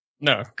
No